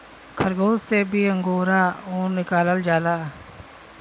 खरगोस से भी अंगोरा ऊन निकालल जाला